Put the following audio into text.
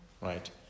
Right